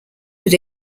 that